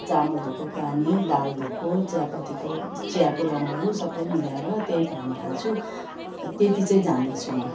चामल धुको पानी दाल धुको चियापत्तिको चियाको रङहरू सबै मिलाएर त्यही पानी हाल्छु त्यति चाहिँ जान्दछु म